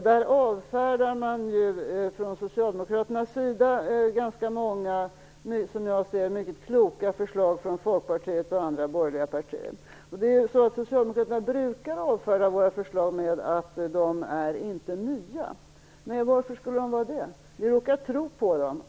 Socialdemokraterna avfärdar i betänkandet ganska många, som jag ser dem, mycket kloka förslag från Folkpartiet och andra borgerliga partier. Socialdemokraterna brukar avfärda våra förslag med att de inte är nya. Men varför skulle de vara det? Vi råkar tro på dem.